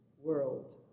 world